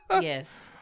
Yes